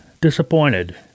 Disappointed